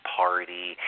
party